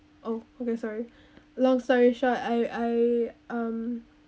oh okay sorry long story short I I um